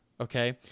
okay